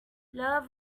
love